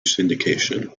syndication